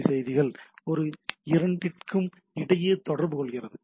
B செய்திகள் இந்த இரண்டிற்கும் இடையே தொடர்பு கொள்கிறது